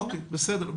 בסדר.